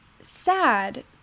sad